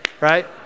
right